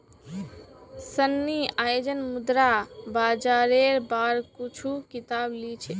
सन्नी आईज मुद्रा बाजारेर बार कुछू किताब ली ले